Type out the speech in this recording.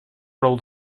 prou